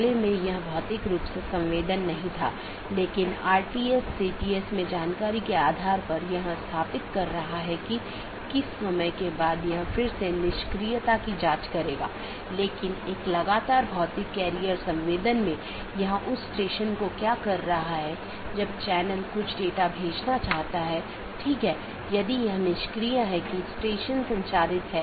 मुख्य रूप से दो BGP साथियों के बीच एक TCP सत्र स्थापित होने के बाद प्रत्येक राउटर पड़ोसी को एक open मेसेज भेजता है जोकि BGP कनेक्शन खोलता है और पुष्टि करता है जैसा कि हमने पहले उल्लेख किया था कि यह कनेक्शन स्थापित करता है